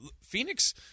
Phoenix